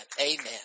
Amen